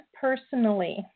personally